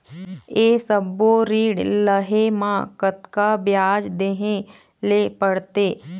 ये सब्बो ऋण लहे मा कतका ब्याज देहें ले पड़ते?